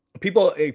People